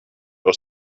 aus